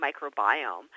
microbiome